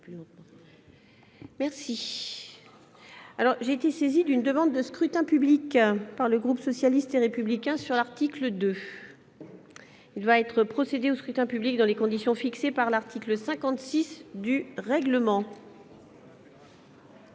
modifié. J'ai été saisie d'une demande de scrutin public émanant du groupe socialiste et républicain. Il va être procédé au scrutin dans les conditions fixées par l'article 56 du règlement.